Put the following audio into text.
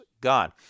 God